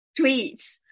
tweets